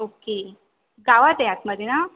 okay गावात आहे आतमध्ये ना